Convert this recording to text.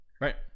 Right